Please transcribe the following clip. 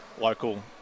local